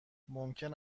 ممکن